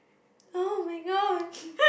[oh]-my-god